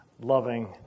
loving